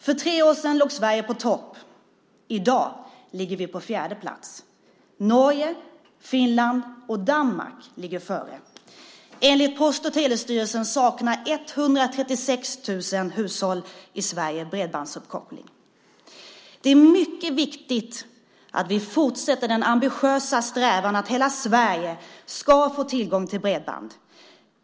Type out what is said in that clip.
För tre år sedan låg Sverige på topp. I dag ligger vi på fjärde plats. Norge, Finland och Danmark ligger före. Enligt Post och telestyrelsen saknar 136 000 hushåll i Sverige bredbandsuppkoppling. Det är mycket viktigt att vi fortsätter den ambitiösa strävan att hela Sverige ska få tillgång till bredband.